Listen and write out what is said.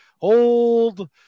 old